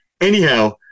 anyhow